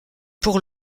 pour